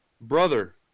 brother